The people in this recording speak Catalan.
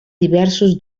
diversos